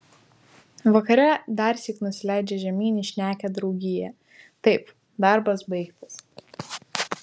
vakare darsyk nusileidžia žemyn į šnekią draugiją taip darbas baigtas